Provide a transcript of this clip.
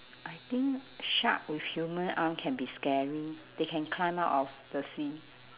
I think shark with human arm can be scary they can climb out of the sea